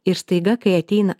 ir staiga kai ateina